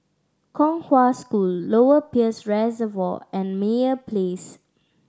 Kong Hwa School Lower Peirce Reservoir and Meyer Place